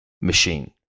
machine